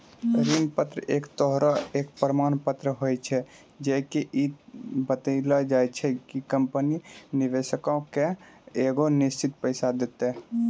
ऋण पत्र एक तरहो के प्रमाण पत्र होय छै जे की इ बताबै छै कि कंपनी निवेशको के एगो निश्चित पैसा देतै